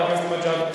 חבר הכנסת מג'אדלה.